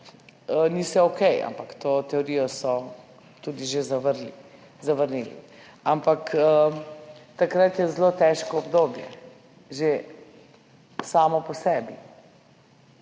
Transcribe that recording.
ni vse okej, ampak to teorijo so tudi že zavrnili, ampak takrat je zelo težko obdobje že samo po sebi,